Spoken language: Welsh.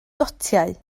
gotiau